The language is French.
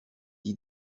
avec